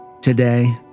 today